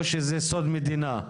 או שזה סוד מדינה?